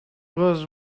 was